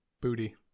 booty